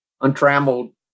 Untrammeled